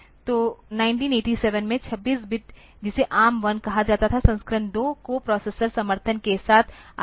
तो 1987 में 26 बिट जिसे ARM 1 कहा जाता था संस्करण 2 कोप्रोसेसर समर्थन के साथ आया था